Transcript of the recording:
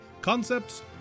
concepts